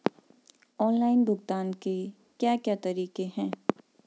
Online भुगतान के क्या क्या तरीके हैं?